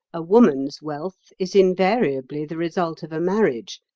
a woman's wealth is invariably the result of a marriage,